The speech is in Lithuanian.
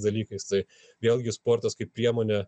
dalykais tai vėlgi sportas kaip priemonė